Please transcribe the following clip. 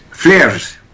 Flares